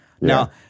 Now